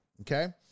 Okay